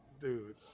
Dude